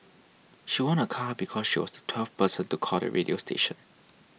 she won a car because she was the twelfth person to call the radio station